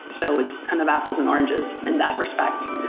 so it's kind of apples and oranges in that respect.